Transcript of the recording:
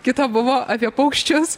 kita buvo apie paukščius